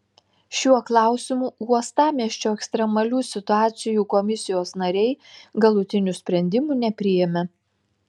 šiuo klausimu uostamiesčio ekstremalių situacijų komisijos nariai galutinių sprendimų nepriėmė